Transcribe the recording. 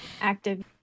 active